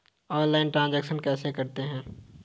Online transaction कैसे करते हैं?